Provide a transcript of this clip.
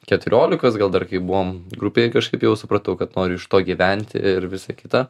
keturiolikos gal dar kai buvom grupėj kažkaip jau supratau kad noriu iš to gyventi ir visa kita